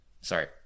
sorry